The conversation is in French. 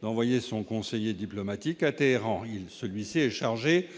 dépêcher un conseiller diplomatique à Téhéran. Celui-ci est chargé